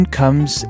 comes